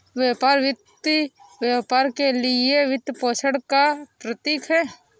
व्यापार वित्त व्यापार के लिए वित्तपोषण का प्रतीक है